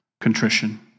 contrition